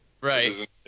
Right